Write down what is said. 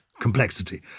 complexity